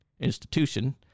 institution